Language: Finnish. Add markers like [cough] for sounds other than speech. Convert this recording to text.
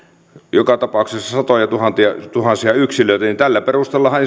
joka tapauksessa satojatuhansia yksilöitä tällä perusteellahan [unintelligible]